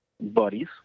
Buddies